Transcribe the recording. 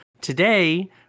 Today